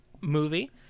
movie